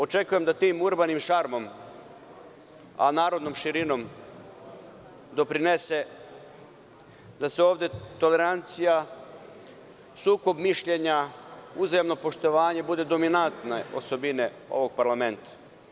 Očekujem da tim urbanim šarmom, a narodnom širinom doprinese da se ovde tolerancija, sukob mišljenja, uzajamno poštovanje budu dominantne osobine ovog parlamenta.